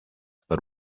per